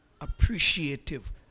appreciative